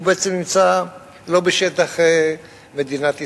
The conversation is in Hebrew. לא נמצאים בשטח מדינת ישראל.